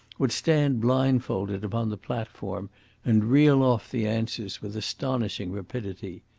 would stand blind-folded upon the platform and reel off the answers with astonishing rapidity.